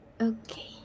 Okay